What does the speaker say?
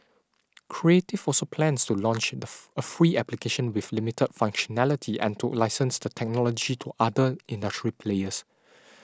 creative also plans to launch the a free application with limited functionality and to license the technology to other industry players